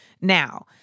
now